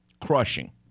crushing